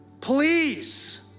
Please